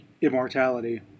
immortality